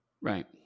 Right